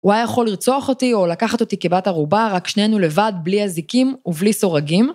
‫הוא היה יכול לרצוח אותי ‫או לקחת אותי כבת ערובה, ‫רק שנינו לבד, ‫בלי אזיקים ובלי סורגים